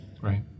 Right